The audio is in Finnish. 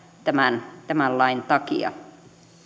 tämän tämän lain takia